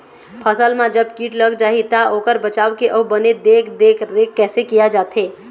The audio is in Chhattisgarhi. फसल मा जब कीट लग जाही ता ओकर बचाव के अउ बने देख देख रेख कैसे किया जाथे?